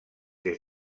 des